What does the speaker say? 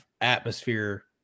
atmosphere